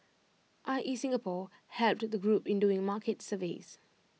I E Singapore helped the group in doing market surveys